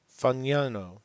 Fagnano